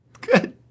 Good